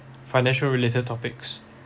financial related topics